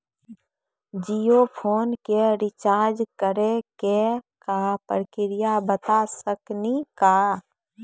Jio phone के recharge करे के का प्रक्रिया बता साकिनी का?